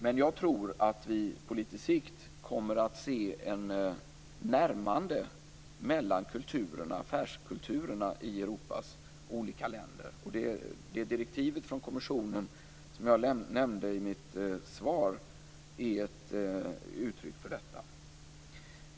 Men jag tror att vi på litet sikt kommer att se ett närmande mellan affärskulturerna i Europas olika länder. Det direktiv från kommissionen som jag nämnde i mitt svar är ett uttryck för detta.